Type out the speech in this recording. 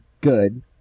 Good